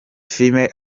female